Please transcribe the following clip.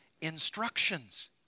instructions